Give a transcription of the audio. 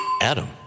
Adam